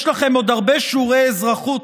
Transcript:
יש לכם עוד הרבה שיעורי אזרחות